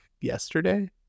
yesterday